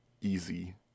easy